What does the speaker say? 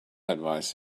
advice